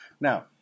Now